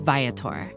Viator